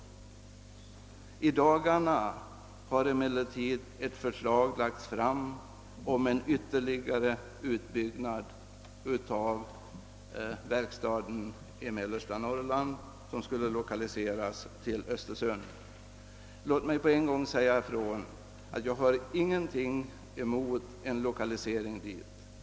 I dagarna har emellertid ett förslag lagts fram om en ytterligare utbyggnad av verkstaden i mellersta Norrland som skulle lokaliseras till Östersund. Låt mig på en gång säga ifrån att jag inte har någonting emot en lokalisering till Östersund.